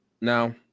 now